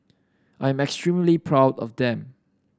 I'm I extremely proud of them